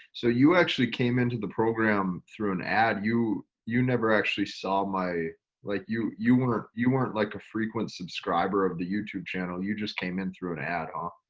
so you actually came into the program through an ad you you never actually saw my like you you weren't you weren't like a frequent subscriber of the youtube channel you just came in through an ad hoc.